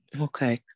Okay